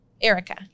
Erica